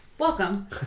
Welcome